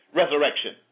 resurrection